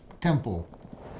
temple